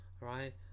Right